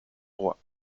roi